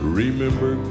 remember